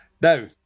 Now